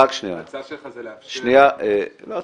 ההצעה שלך זה לאפשר --- לא צריך,